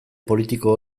politiko